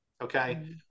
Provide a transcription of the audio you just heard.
Okay